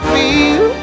feel